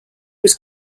was